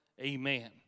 Amen